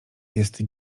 jest